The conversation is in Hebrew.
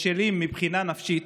בשלים מבחינה נפשית,